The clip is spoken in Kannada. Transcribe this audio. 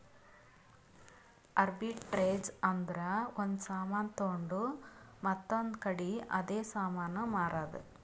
ಅರ್ಬಿಟ್ರೆಜ್ ಅಂದುರ್ ಒಂದ್ ಸಾಮಾನ್ ತೊಂಡು ಮತ್ತೊಂದ್ ಕಡಿ ಅದೇ ಸಾಮಾನ್ ಮಾರಾದ್